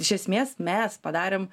iš esmės mes padarėm